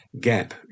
Gap